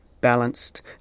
balanced